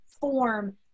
form